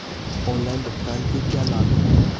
Online भुगतान के क्या लाभ हैं?